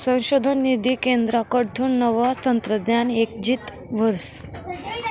संशोधन निधी केंद्रकडथून नवं तंत्रज्ञान इकशीत व्हस